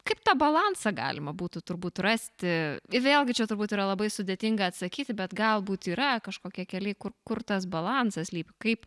kaip tą balansą galima būtų turbūt rasti vėlgi čia turbūt yra labai sudėtinga atsakyti bet galbūt yra kažkokie keliai kur kur tas balansas slypi kaip